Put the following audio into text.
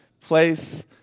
place